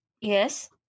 Yes